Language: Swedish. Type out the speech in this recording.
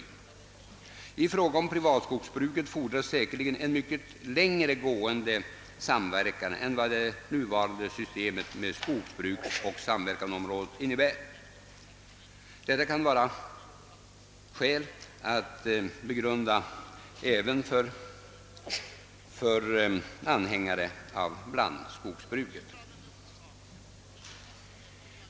I fråga om privatskogsbruket fordras säkerligen en mycket längre gående samverkan än vad det nuvarande systemet med skogsbruksoch samverkanområden innebär.» Det kan vara skäl att begrunda detta även för anhängarna av blandskogsbruket.